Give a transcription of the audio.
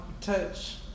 touch